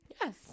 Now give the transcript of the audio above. Yes